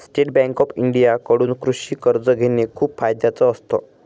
state Bank of India कडून कृषि कर्ज घेण खूप फायद्याच असत